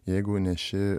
jeigu ne ši